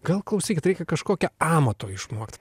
gal klausykit reikia kažkokio amato išmokt